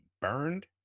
Burned